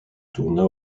tourna